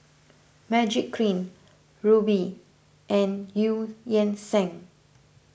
Magiclean Rubi and Eu Yan Sang